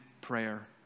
prayer